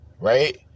right